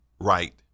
right